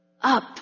up